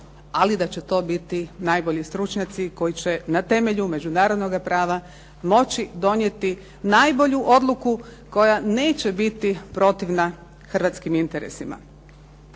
ali da će to biti najbolji stručnjaci koji će na temelju međunarodnoga prava moći donijeti najbolju odluku koja neće biti protivna hrvatskim interesima.